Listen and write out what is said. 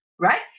right